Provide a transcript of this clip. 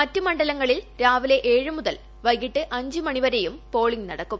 മറ്റ് മണ്ഡലങ്ങളിൽ രാവിലെ ഏഴുമുതൽ വൈകിട്ട് അഞ്ചു മണിവരെയും പോളിംഗ് നടക്കും